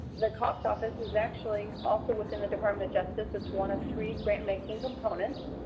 the cops office is actually also within the department of justice. it's one of three grantmaking components.